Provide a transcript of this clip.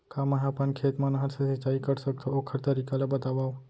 का मै ह अपन खेत मा नहर से सिंचाई कर सकथो, ओखर तरीका ला बतावव?